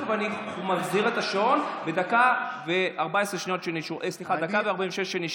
אני מחזיר את השעון לדקה ו-46 שניות שנשארו.